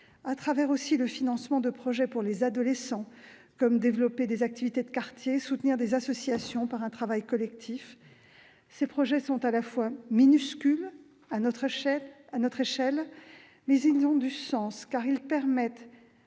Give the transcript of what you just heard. extrascolaires, le financement de projets pour les adolescents, par exemple développer une activité de quartier ou soutenir une association par un travail collectif. Ces projets sont parfois minuscules à notre échelle, mais ils ont du sens, parce qu'ils permettent